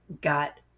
got